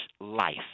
life